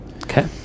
Okay